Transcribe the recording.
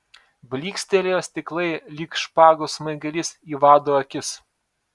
blykstelėjo stiklai lyg špagos smaigalys į vado akis